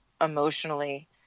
emotionally